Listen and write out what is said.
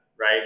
right